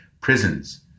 Prisons